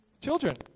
children